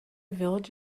village